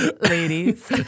Ladies